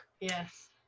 Yes